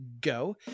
go